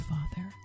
Father